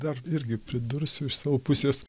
dar irgi pridursiu iš savo pusės